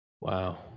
Wow